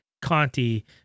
Conti